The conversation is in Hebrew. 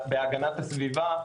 בהגנת הסביבה.